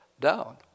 down